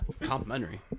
complimentary